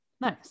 Nice